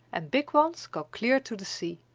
and big ones go clear to the sea.